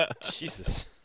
Jesus